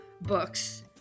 books